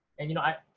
and, you know, i,